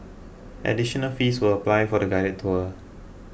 additional fees will apply for the guided tours